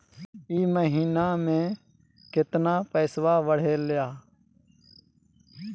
ई महीना मे कतना पैसवा बढ़लेया?